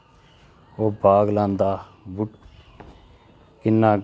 ओह् बाग लांदा किन्ना